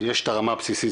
יש את הרמה הבסיסית,